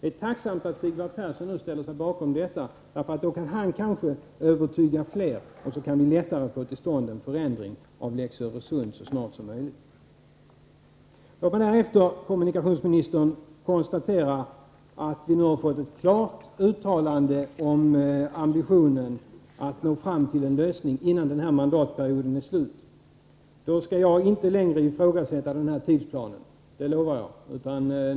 Det är bra att Sigvard Persson ställer sig bakom detta, för då kan han kanske övertyga fler, varefter det blir lättare att snart få till stånd en ändring av lex Öresund. Låt mig sedan, herr kommunikationsminister, konstatera att vi nu har fått ett klart uttalande om ambitionen att nå fram till en lösning, innan den här mandatperioden är slut. Då skall jag inte längre ifrågasätta tidsplanen, det lovar jag.